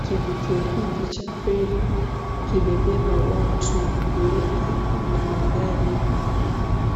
Kivukio hiki cha feri kimebeba watu wengi na magari.